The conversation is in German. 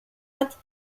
hat